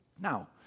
Now